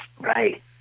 Right